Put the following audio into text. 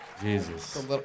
Jesus